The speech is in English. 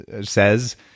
says